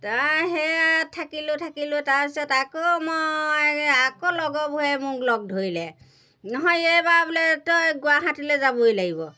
তা সেয়াত থাকিলোঁ থাকিলোঁ তাৰপিছত আকৌ মই আকৌ লগবোৰে মোক লগ ধৰিলে নহয় এইবাৰ বোলে তই গুৱাহাটীলৈ যাবই লাগিব